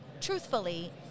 truthfully